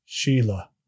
Sheila